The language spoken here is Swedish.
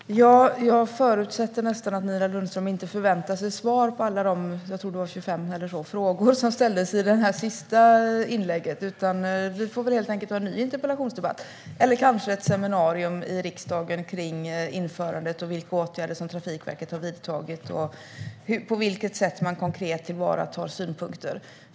Herr talman! Jag förutsätter nästan att Nina Lundström inte förväntar sig svar på alla de frågor - jag tror att det var 25 frågor eller något sådant - som ställdes i det sista inlägget, utan vi får helt enkelt ha en ny interpellationsdebatt eller kanske ett seminarium i riksdagen om införandet, vilka åtgärder som Trafikverket har vidtagit och på vilket sätt man konkret tillvaratar synpunkter.